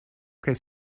que